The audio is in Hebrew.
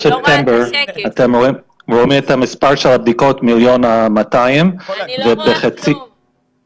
ספטמבר בוצעו 1,270 מיליון בדיקות ובמהלך חצי